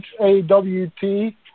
H-A-W-T